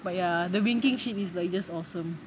but ya the winking shit is like just awesome